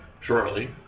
shortly